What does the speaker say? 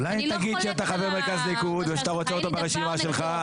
אולי תגיד שאתה חבר מרכז ליכוד ואתה רוצה אותו ברשימה שלך,